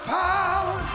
power